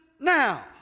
now